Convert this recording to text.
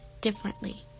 differently